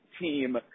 team